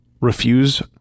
refuse